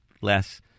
less